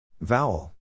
Vowel